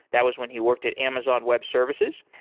that was when he worked at amazon web services.